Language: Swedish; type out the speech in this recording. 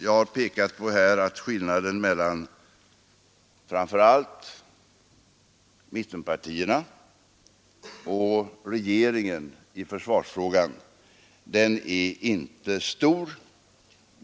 Jag har här pekat på att skillnaden i uppfattning mellan framför allt mittenpartierna och regeringen i försvarsfrågan inte är stor.